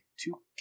two